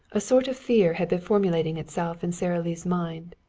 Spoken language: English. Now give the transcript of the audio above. a sort of fear had been formulating itself in sara lee's mind.